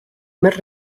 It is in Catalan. més